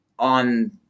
on